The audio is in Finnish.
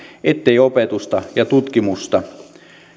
ettei opetusta ja tutkimusta